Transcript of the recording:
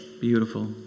beautiful